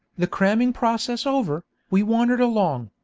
the cramming process over, we wandered along,